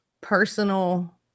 personal